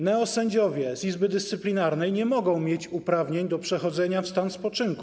Neosędziowie z Izby Dyscyplinarnej nie mogą mieć uprawnień do przechodzenia w stan spoczynku.